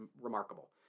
remarkable